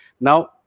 Now